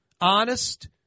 Honest